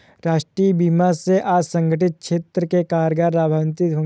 राष्ट्रीय बीमा से असंगठित क्षेत्र के कामगार लाभान्वित होंगे